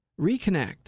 Reconnect